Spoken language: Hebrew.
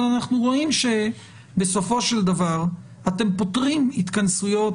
אבל אנחנו רואים שבסופו של דבר אתם פוטרים התכנסויות